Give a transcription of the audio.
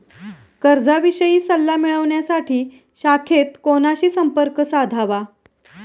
कर्जाविषयी सल्ला मिळवण्यासाठी शाखेत कोणाशी संपर्क साधावा?